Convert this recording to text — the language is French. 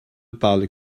parle